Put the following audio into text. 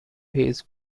his